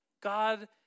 God